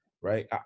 right